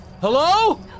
Hello